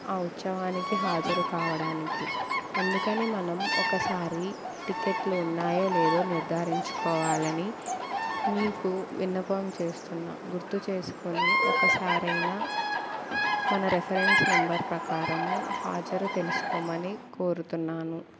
ఆ ఉత్సవానికి హాజరు కావడానికి అందుకని మనం ఒకసారి టికెట్లు ఉన్నాయో లేదో నిర్ధారించుకోవాలని నీకు విన్నపం చేస్తున్నా గుర్తు చేసుకొని ఒకసారి అయినా మన రెఫరెన్స్ నెంబర్ ప్రకారము హాజరు తెలుసుకోమని కోరుతున్నాను